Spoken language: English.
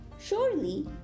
Surely